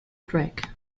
track